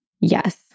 Yes